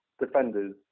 defenders